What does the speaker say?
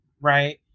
right